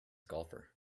golfer